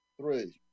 Three